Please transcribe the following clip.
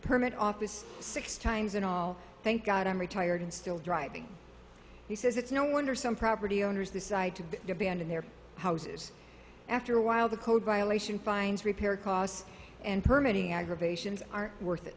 permit office six times in all thank god i'm retired and still driving he says it's no wonder some property owners decide to abandon their houses after a while the code violation fines repair costs and permit he aggravations are worth it